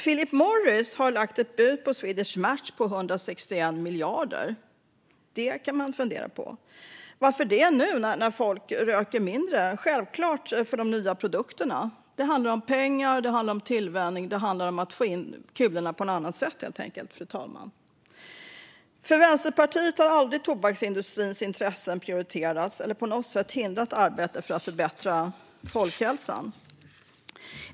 Philip Morris har lagt ett bud på Swedish Match på 161 miljarder. Det kan man fundera på. Varför gör de det nu, när folk röker mindre? Det är självklart för de nya produkternas skull. Det handlar om pengar, och det handlar om tillvänjning. Det handlar helt enkelt, fru talman, om att få in kulorna på ett annat sätt. Vänsterpartiet har aldrig prioriterat tobaksindustrins intressen eller på något sätt låtit dem hindra arbetet för att förbättra folkhälsan.